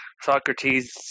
Socrates